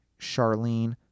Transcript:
Charlene